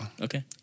Okay